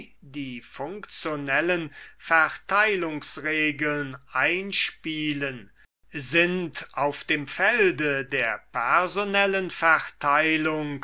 die funktionellen verteilungsregeln einspielen sind auf dem felde der personellen verteilung